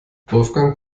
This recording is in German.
wolfgang